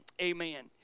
Amen